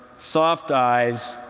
soft eyes,